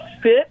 fit